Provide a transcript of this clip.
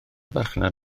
farchnad